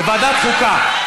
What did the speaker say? לוועדת חוקה.